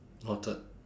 noted